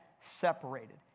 Separated